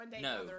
No